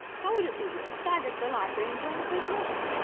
how would it be to stagger to the library and join the post-mortem?